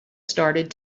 started